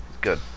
Good